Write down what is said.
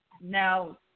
now